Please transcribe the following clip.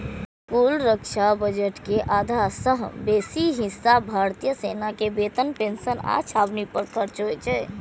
कुल रक्षा बजट के आधा सं बेसी हिस्सा भारतीय सेना के वेतन, पेंशन आ छावनी पर खर्च होइ छै